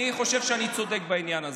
אני חושב שאני צודק בעניין הזה.